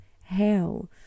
hell